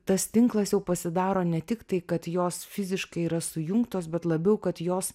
tas tinklas jau pasidaro netiktai kad jos fiziškai yra sujungtos bet labiau kad jos